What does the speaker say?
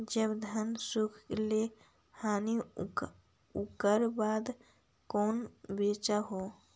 जब धनमा सुख ले हखिन उकर बाद कैसे बेच हो?